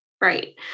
right